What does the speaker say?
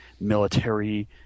military